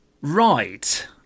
right